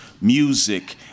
music